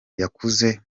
yakuze